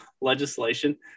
legislation